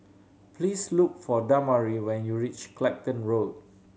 please look for Damari when you reach Clacton Road